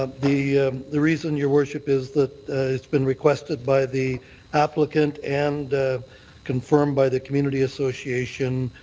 ah the the reason, your worship, is that it's been requested by the applicant and confirmed by the community association,